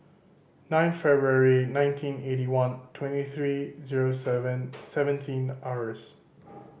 nine February nineteen eighty one twenty three zero seven seventeen hours